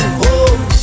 home